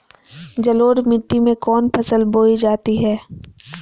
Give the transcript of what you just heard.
जलोढ़ मिट्टी में कौन फसल बोई जाती हैं?